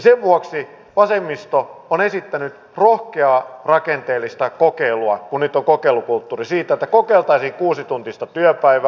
sen vuoksi vasemmisto on esittänyt rohkeaa rakenteellista kokeilua kun nyt on kokeilukulttuuri että kokeiltaisiin kuusituntista työpäivää